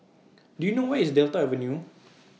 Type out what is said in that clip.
Do YOU know Where IS Delta Avenue